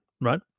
right